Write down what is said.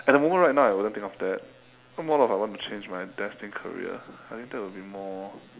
at the moment right now I wouldn't think of that what more I want to change my destined career I think that will be more